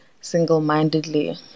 single-mindedly